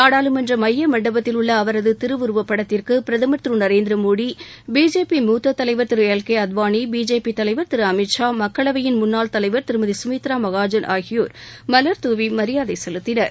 நாடாளுமன்ற மைய மண்டபத்தில் உள்ள அவரது உருவப்படத்திற்கு பிரதமா் திரு நரேந்திரமோடி பிஜேபி மூத்த தலைவர் திரு எல் கே அத்வாளி பிஜேபி தலைவர் திரு அமித்ஷா மக்களவையின் முன்னாள் தலைவா் திருமதி சுமித்ரா மகாஜன் ஆகியோா் மலாதூவி மரியாதை செலுத்தினர்